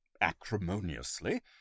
acrimoniously